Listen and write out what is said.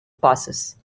passes